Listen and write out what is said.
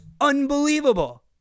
unbelievable